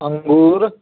अंगूर